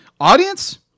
Audience